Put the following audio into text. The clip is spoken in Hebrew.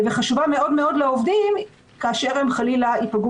וחשובה מאוד לעובדים כאשר הם חלילה ייפגעו